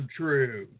true